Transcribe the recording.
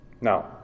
Now